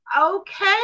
okay